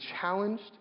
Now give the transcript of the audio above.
challenged